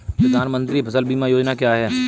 प्रधानमंत्री फसल बीमा योजना क्या है?